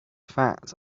that